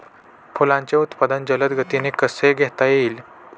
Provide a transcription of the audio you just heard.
फुलांचे उत्पादन जलद गतीने कसे घेता येईल?